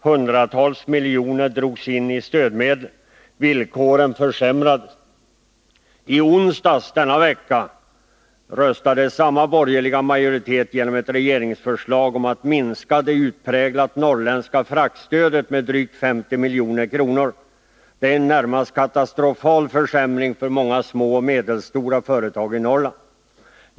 Hundratals miljoner drogs in av stödmedel. Villkoren försämrades. I onsdags röstade samma borgerliga majoritet igenom ett regeringsförslag om att minska det utpräglat norrländska fraktstödet med drygt 50 milj.kr. Det är en närmast katastrofal försämring för många små och medelstora företag i Norrland.